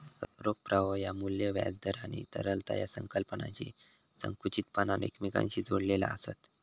रोख प्रवाह ह्या मू्ल्य, व्याज दर आणि तरलता या संकल्पनांशी संकुचितपणान एकमेकांशी जोडलेला आसत